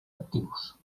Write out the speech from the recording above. actius